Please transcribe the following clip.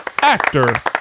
Actor